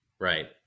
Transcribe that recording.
Right